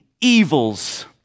evils